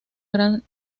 gran